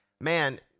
man